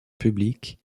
publique